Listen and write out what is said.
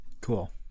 cool